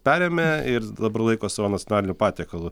perėmė ir dabar laiko savo nacionaliniu patiekalu